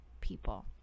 people